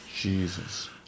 Jesus